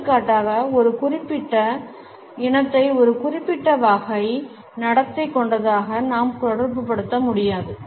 எடுத்துக்காட்டாக ஒரு குறிப்பிட்ட இனத்தை ஒரு குறிப்பிட்ட வகை நடத்தை கொண்டதாக நாம் தொடர்புபடுத்த முடியாது